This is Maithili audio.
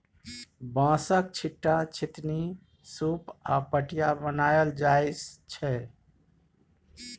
बाँसक, छीट्टा, छितनी, सुप आ पटिया बनाएल जाइ छै